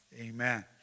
amen